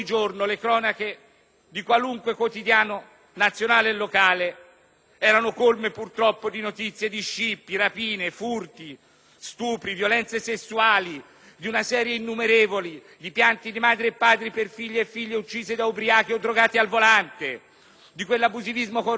erano colme di notizie di scippi, rapine, furti, stupri, violenze sessuali, di una serie innumerevole di pianti di madri e padri per figli e figlie uccisi da ubriachi o drogati al volante, di quell'abusivismo commerciale che purtroppo indebolisce un'economia già debole come la nostra.